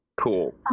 cool